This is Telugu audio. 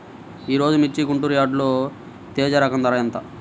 ఈరోజు మిర్చి గుంటూరు యార్డులో తేజ రకం ధర ఎంత?